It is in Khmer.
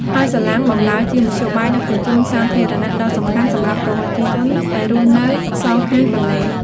ហើយសាឡាងបម្រើជាមធ្យោបាយដឹកជញ្ជូនសាធារណៈ ដ៏សំខាន់សម្រាប់ប្រជាជនដែលរស់នៅសងខាងទន្លេ។